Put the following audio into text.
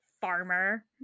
farmer